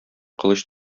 кылыч